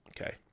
Okay